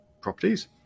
properties